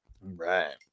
Right